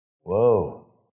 Whoa